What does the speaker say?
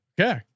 Okay